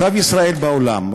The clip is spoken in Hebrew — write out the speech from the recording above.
מצב ישראל בעולם,